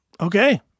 Okay